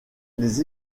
les